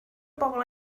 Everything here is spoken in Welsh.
bobl